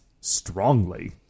strongly